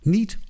Niet